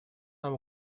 нам